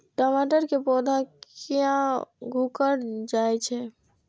टमाटर के पौधा किया घुकर जायछे?